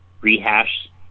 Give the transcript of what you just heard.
rehash